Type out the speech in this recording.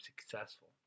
successful